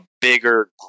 bigger